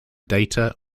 data